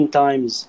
times